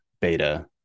Beta